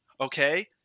okay